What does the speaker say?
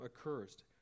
accursed